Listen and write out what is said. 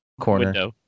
corner